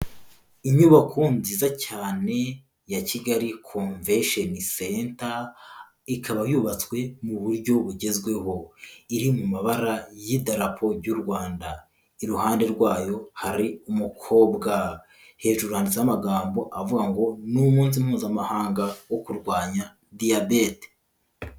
Inyubako nziza cyane ya Kigali Convention Center, ikaba yubatswe mu buryo bugezweho, iri mu mabara y'Idarapo y'u Rwanda. Iruhande rwayo hari umukobwa, hejuru handitseho amagambo avuga ngo ni umunsi Mpuzamahanga wo kurwanya Diyabete.